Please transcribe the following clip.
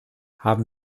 haben